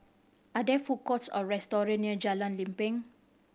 are there food courts or restaurant near Jalan Lempeng